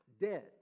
dead